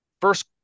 first